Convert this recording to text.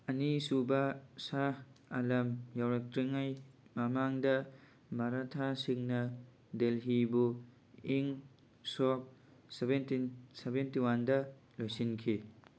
ꯑꯅꯤꯁꯨꯕ ꯁꯍꯥ ꯑꯂꯝ ꯌꯧꯔꯛꯇ꯭ꯔꯤꯉꯩ ꯃꯃꯥꯡꯗ ꯃꯔꯥꯊꯥꯁꯤꯡꯅ ꯗꯦꯜꯍꯤꯕꯨ ꯏꯪ ꯁꯣꯛ ꯁꯚꯦꯟꯇꯤꯟ ꯁꯚꯦꯟꯇꯤ ꯋꯥꯟꯗ ꯂꯣꯏꯁꯤꯟꯈꯤ